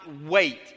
wait